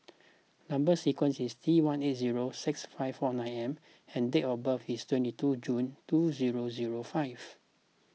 Number Sequence is T one eight zero six five four nine M and date of birth is twenty two June two zero zero five